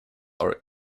are